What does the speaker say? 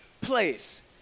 place